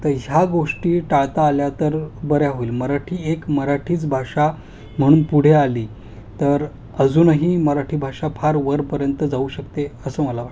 तर ह्या गोष्टी टाळता आल्या तर बऱ्या होईल मराठी एक मराठीच भाषा म्हणून पुढे आली तर अजूनही मराठी भाषा फार वरपर्यंत जाऊ शकते असं मला वाटते